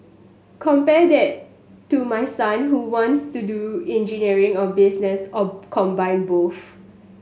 compare that to my son who wants to do engineering or business or combine both